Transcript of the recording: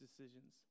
decisions